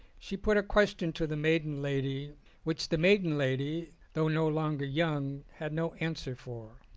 she put a question to the maiden lady which the maiden lady, though no longer young, had no answer for.